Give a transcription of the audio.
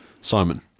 Simon